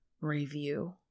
review